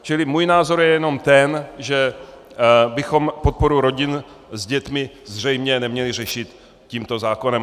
Čili můj názor je jenom ten, že bychom podporu rodin s dětmi zřejmě neměli řešit tímto zákonem.